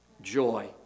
joy